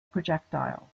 projectile